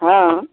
हँ